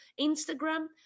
Instagram